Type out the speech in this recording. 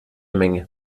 menge